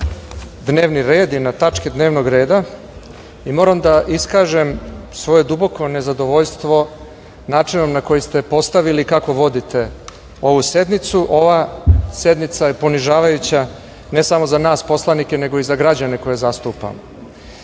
dnevni red i tačke dnevnog reda i moram da iskažem svoje duboko nezadovoljstvo načinom na koji ste postavili kako vodite ovu sednicu. Ova sednica je ponižavajuća, ne samo za nas poslanike, nego i za građane koje zastupamo. Da